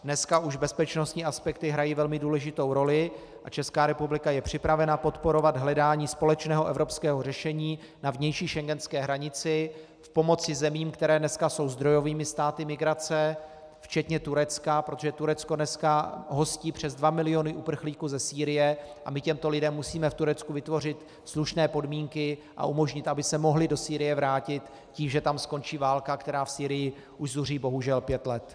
Dneska už bezpečnostní aspekty hrají velmi důležitou roli a Česká republika je připravena podporovat hledání společného evropského řešení na vnější schengenské hranici v pomoci zemím, které jsou dneska zdrojovými státy migrace, včetně Turecka, protože Turecko dneska hostí přes 2 miliony uprchlíků ze Sýrie a my těmto lidem musíme v Turecku vytvořit slušné podmínky a umožnit, aby se mohli do Sýrie vrátit, tím, že tam skončí válka, která v Sýrii už zuří bohužel pět let.